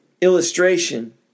illustration